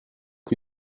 que